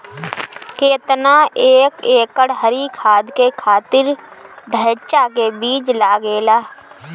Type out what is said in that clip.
केतना एक एकड़ हरी खाद के खातिर ढैचा के बीज लागेला?